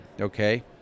okay